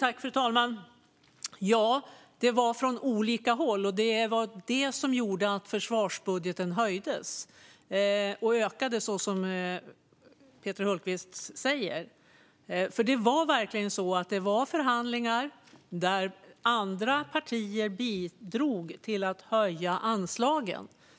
Fru talman! Ja, det var från olika håll, och det var det som gjorde att försvarsbudgeten höjdes och ökade så som Peter Hultqvist säger. Det var verkligen så att det var förhandlingar där andra partier bidrog till att höja anslagen.